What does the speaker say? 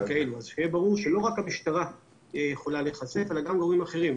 אז שיהיה ברור שלא רק המשטרה יכולה להיחשף אלא גם גורמים אחרים.